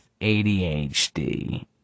ADHD